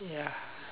ya